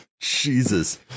jesus